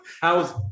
how's